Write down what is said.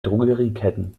drogerieketten